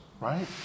right